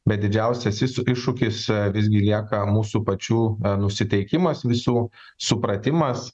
bet didžiausias isu iššūkis visgi lieka mūsų pačių nusiteikimas visų supratimas